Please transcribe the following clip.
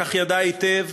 כך ידע היטב,